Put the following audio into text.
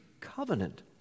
covenant